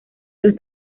los